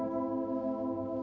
oh